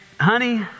honey